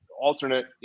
alternate